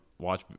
Watch